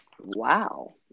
Wow